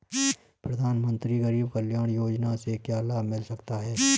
प्रधानमंत्री गरीब कल्याण योजना से क्या लाभ मिल सकता है?